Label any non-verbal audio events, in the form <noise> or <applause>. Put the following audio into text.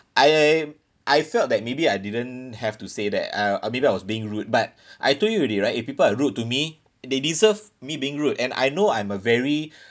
I I felt that maybe I didn't have to say that uh uh maybe I was being rude but <breath> I told you already right if people are rude to me they deserve me being rude and I know I'm a very <breath>